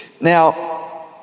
Now